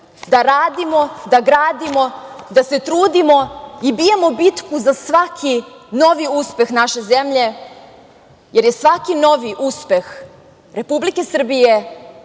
da radimo, da gradimo, da se trudimo i bijemo bitku za svaki novi uspeh naše zemlje, jer je svaki novi uspeh Republike Srbije